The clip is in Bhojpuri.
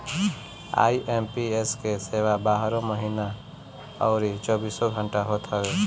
आई.एम.पी.एस के सेवा बारहों महिना अउरी चौबीसों घंटा होत हवे